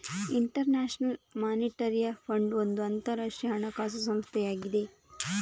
inter national monetary fund ಒಂದು ಅಂತರಾಷ್ಟ್ರೀಯ ಹಣಕಾಸು ಸಂಸ್ಥೆಯಾಗಿದೆ